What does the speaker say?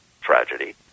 tragedy